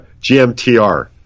GMTR